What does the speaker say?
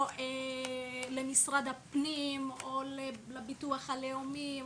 או למשרד הפנים, או לביטוח הלאומי,